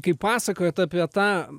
kai pasakojat apie tą